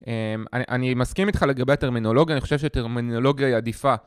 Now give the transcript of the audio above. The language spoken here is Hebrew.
אני מסכים איתך לגבי הטרמינולוגיה, אני חושב שטרמינולוגיה היא עדיפה.